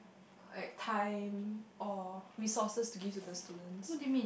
like time or resources to give to the students